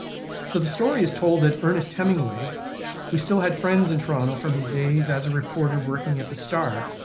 so the story is told that ernest hemingway who still had friends in toronto from his days as a reporter working at the star,